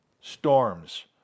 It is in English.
storms